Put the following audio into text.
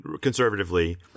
conservatively